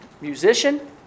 musician